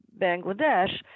Bangladesh